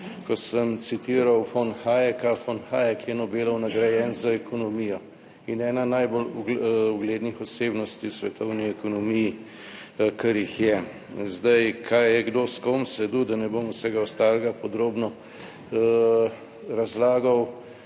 Ko sem citiral Von Hayek-a. Von Hayek je Nobelov nagrajenec za ekonomijo in ena najbolj uglednih osebnosti v svetovni ekonomiji, kar jih je sedaj, kaj je kdo s kom sedel, da ne bom vsega ostalega podrobno razlagal.